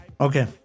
Okay